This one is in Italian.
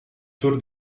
tour